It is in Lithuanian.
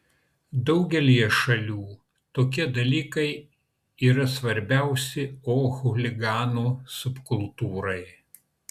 daugelyje šalių tokie dalykai yra svarbiausi o chuliganų subkultūrai